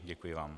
Děkuji vám.